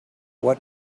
what